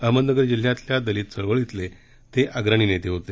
अहमदनगर जिल्ह्यातल्या दलित चळवळीतले ते अग्रणी नेते होते